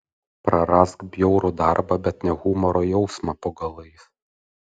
prarask bjaurų darbą bet ne humoro jausmą po galais